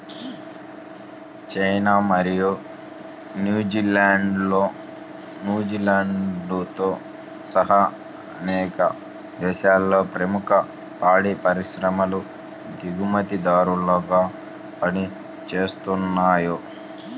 China మరియు న్యూజిలాండ్తో సహా అనేక దేశాలలో ప్రముఖ పాడి పరిశ్రమలు దిగుమతిదారులుగా పనిచేస్తున్నయ్